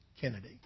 Kennedy